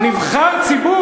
נבחר ציבור,